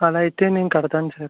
అలా అయితే నేను కడతాను సార్